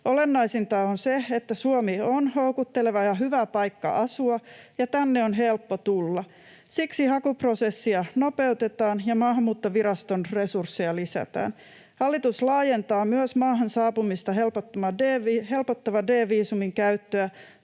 Olennaisinta on se, että Suomi on houkutteleva ja hyvä paikka asua ja tänne on helppo tulla. Siksi hakuprosessia nopeutetaan ja Maahanmuuttoviraston resursseja lisätään. Hallitus laajentaa myös maahan saapumista helpottavan D-viisumin käyttöä